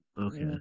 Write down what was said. Okay